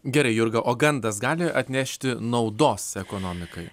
gerai jurga o gandas gali atnešti naudos ekonomikai